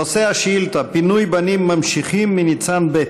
נושא השאילתה: פינוי בנים ממשיכים מניצן ב'.